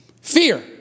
Fear